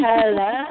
Hello